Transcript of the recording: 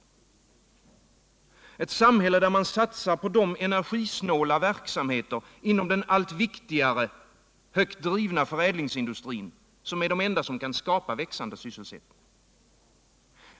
Ett samhälle där man satsar på de energisnåla verksamheter inom den allt viktigare högt drivna förädlingsindustrin som är de enda som kan skapa växande sysselsättning.